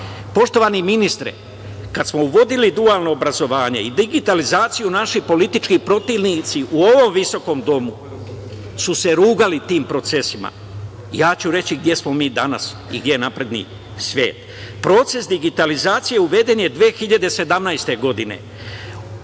ministre, kada smo uvodili dualno obrazovanje i digitalizaciju, naši politički protivnici u ovom visokom domu su se rugali tim procesima. Ja ću reći gde smo mi danas i gde je napredni svet. Proces digitalizacije uveden je 2017. godine